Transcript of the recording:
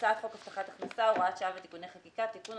הצעת חוק הבטחת הכנסה (הוראת שעה ותיקוני חקיקה) (תיקון),